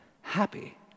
happy